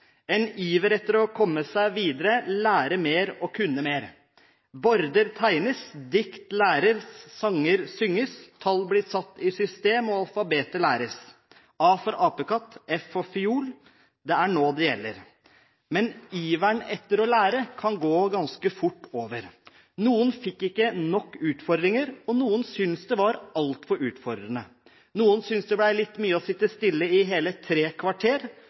en iver etter å komme seg videre, lære mer og kunne mer. Border tegnes, dikt læres, sanger synges, tall blir satt i system og alfabetet læres – A for apekatt, F for fiol – det er nå det gjelder! Men iveren etter å lære kan gå ganske fort over. Noen fikk ikke nok utfordringer, noen syntes det var altfor utfordrende, noen syntes det var litt mye å sitte stille i hele tre kvarter,